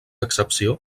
excepció